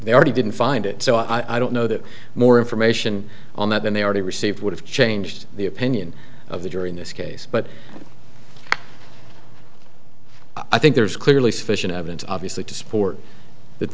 they already didn't find it so i don't know that more information on that than they already received would have changed the opinion of the jury in this case but i think there's clearly sufficient evidence obviously to support th